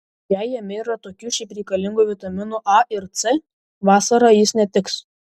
jei jame yra tokių šiaip reikalingų vitaminų a ir c vasarą jis netiks